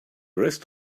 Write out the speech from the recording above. rest